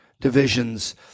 divisions